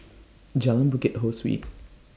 Jalan Bukit Ho Swee